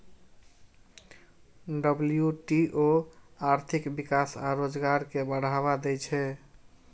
WTO आर्थिक विकास आ रोजगार कें बढ़ावा दै छै